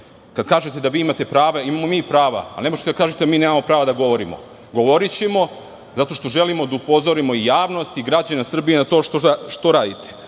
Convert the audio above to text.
kad kažete da vi imate prava, imamo i mi prava, ali ne možete da kažete da mi nemamo prava da govorimo. Govorićemo, zato što želimo da upozorimo i javnost i građane Srbije na to što radite,